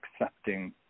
accepting